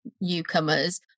newcomers